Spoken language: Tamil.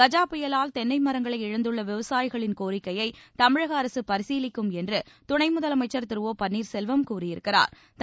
கஜா புயலால் தென்னை மரங்களை இழந்துள்ள விவசாயிகளின் கோரிக்கையை தமிழக அரசு பரிசீலிக்கும் என்று துணை முதலமைச்சா் திரு ஒ பன்னீா்செல்வம் கூறியிருக்கிறாா்